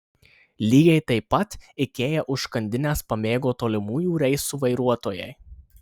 lygiai taip pat ikea užkandines pamėgo tolimųjų reisų vairuotojai